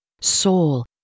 soul